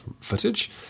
footage